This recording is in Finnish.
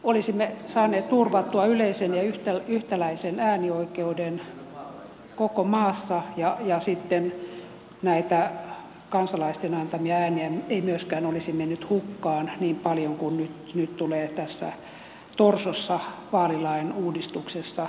olisimme saaneet turvattua yleisen ja yhtäläisen äänioikeuden koko maassa ja myöskään näitä kansalaisten antamia ääniä ei olisi mennyt hukkaan niin paljon kuin nyt tulee tässä torsossa vaalilain uudistuksessa tapahtumaan